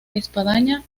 espadaña